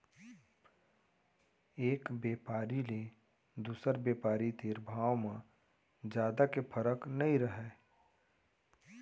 एक बेपारी ले दुसर बेपारी तीर भाव म जादा के फरक नइ रहय